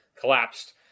collapsed